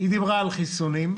על חיסונים,